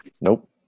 Nope